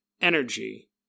energy